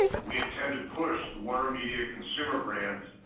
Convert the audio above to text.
we intend to push the warnermedia consumer brands,